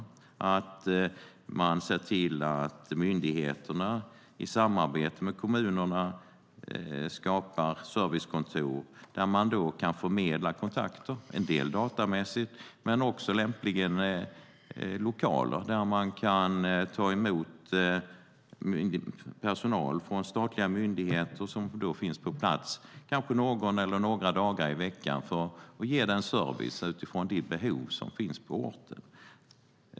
Man kan se till att myndigheterna i samarbete med kommunerna skapar servicekontor där de kan förmedla kontakter, en del datamässigt, men också lämpliga lokaler där de kan ta emot personal från statliga myndigheter som finns på plats kanske någon eller några dagar i veckan för att ge service utifrån de behov som finns på orten.